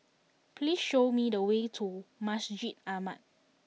please show me the way to Masjid Ahmad